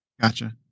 Gotcha